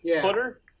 Footer